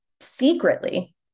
secretly